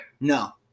No